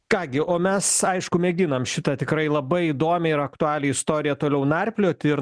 ką gi o mes aišku mėginam šitą tikrai labai įdomią ir aktualią istoriją toliau narplioti ir